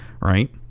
right